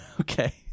Okay